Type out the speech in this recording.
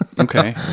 Okay